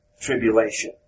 tribulation